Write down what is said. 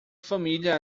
família